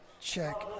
check